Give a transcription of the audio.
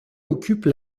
occupe